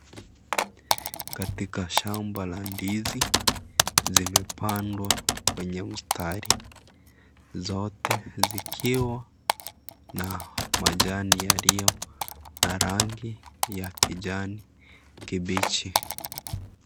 Katika shamba la ndizi zimepandwa kwenye mstari zote zikiwa na majani yaliyo na rangi ya kijani kibichi.